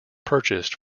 purchased